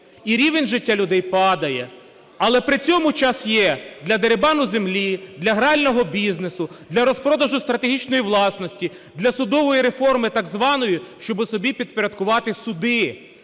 і рівень життя людей падає. Але при цьому час є для дерибану землі, для грального бізнесу, для розпродажу стратегічної власності, для судової реформи так званої, щоб собі підпорядкувати суди